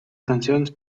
canciones